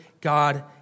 God